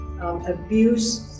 abuse